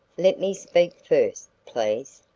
let me speak first, please.